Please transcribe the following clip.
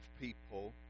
people